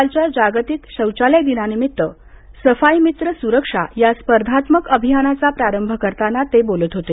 कालच्या जागतिक शौचालय दिनानिमित्त सफाईमित्र सुरक्षा या स्पर्धात्मक अभियानाचा प्रारंभ करताना ते बोलत होते